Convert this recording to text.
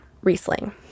Riesling